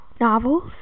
novels